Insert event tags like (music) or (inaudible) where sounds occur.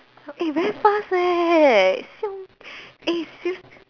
eh very first leh (noise) eh s~